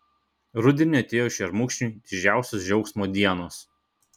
rudenį atėjo šermukšniui didžiausios džiaugsmo dienos